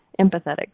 Empathetic